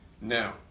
Now